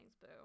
boo